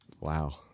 Wow